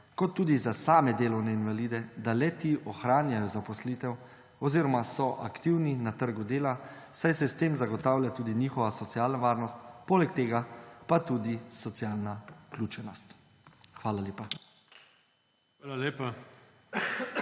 kot tudi za same delovne invalide, da le-ti ohranjajo zaposlitev oziroma so aktivni na trgu dela, saj se s tem zagotavlja tudi njihova socialna varnost, poleg tega pa tudi socialna vključenost. Hvala lepa.